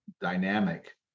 dynamic